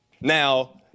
Now